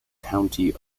county